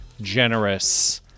generous